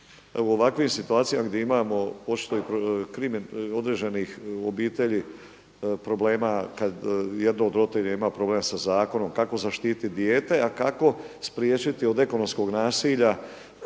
u ovakvim situacijama gdje imamo određeni obitelji problema kada jedno od roditelja ima problema sa zakonom, kako zaštititi dijete, a kako spriječiti od ekonomskog nasilja